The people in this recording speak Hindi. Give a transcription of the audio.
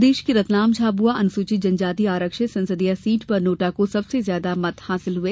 प्रदेश की रतलाम झाबुआ अनुसूचित जनजाति आरक्षित संसदीय सीट पर नोटा को सबसे ज्यादा मत हासिल हुए